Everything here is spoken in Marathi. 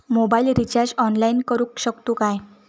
मोबाईल रिचार्ज ऑनलाइन करुक शकतू काय?